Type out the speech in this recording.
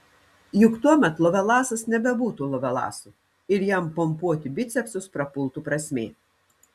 juk tuomet lovelasas nebebūtų lovelasu ir jam pompuoti bicepsus prapultų prasmė